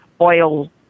oil